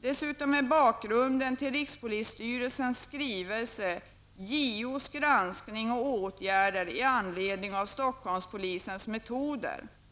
Dessutom är bakgrunden till rikspolisstyrelsens skrivelse JOs granskning och åtgärder med anledning av Stockholmspolisens metoder.